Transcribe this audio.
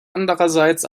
andererseits